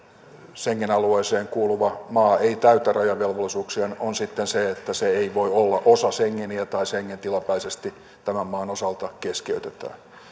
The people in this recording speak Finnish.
schengen alueeseen kuuluva maa ei täytä rajavelvollisuuksiaan on sitten se että se ei voi olla osa schengeniä tai schengen tilapäisesti tämän maan osalta keskeytetään